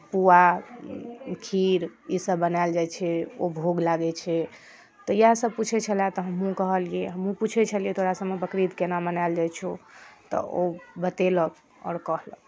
पुआ खीर ईसभ बनायल जाइ छै ओ भोग लागै छै तऽ इएहसभ पूछै छलय तऽ हमहूँ कहलियै हमहूँ पूछै छलियै तोरा सभमे बकरीद केना मनायल जाइ छौ तऽ ओ बतेलक आओर कहलक